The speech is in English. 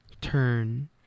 Turn